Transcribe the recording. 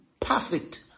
perfect